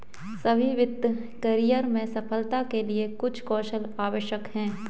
सभी वित्तीय करियर में सफलता के लिए कुछ कौशल आवश्यक हैं